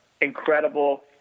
incredible